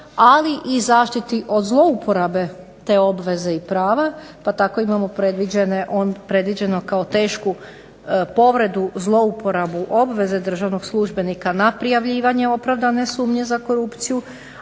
ali i zaštiti od zlouporabe te obveze i prava. Pa tako imamo predviđeno kao tešku povredu, zlouporabu obveze državnog službenika na prijavljivanje opravdane sumnje za korupciju